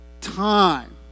time